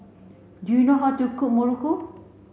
do you know how to cook Muruku